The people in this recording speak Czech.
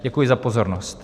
Děkuji za pozornost.